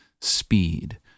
speed